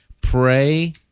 pray